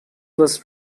was